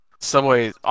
Subway